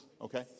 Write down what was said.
okay